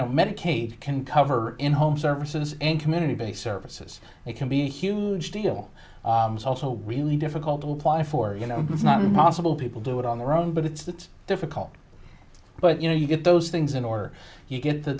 know medicaid can cover in home services and community based services it can be a huge deal also really difficult to apply for you know it's not possible people do it on their own but it's difficult but you know you get those things in order you get the